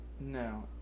No